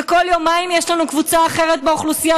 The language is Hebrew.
כל יומיים יש לנו קבוצה אחרת באוכלוסייה